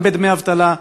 גם בדמי אבטלה,